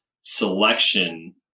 selection